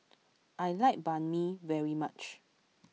I like Banh Mi very much